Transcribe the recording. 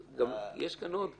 גם יש כאן עוד.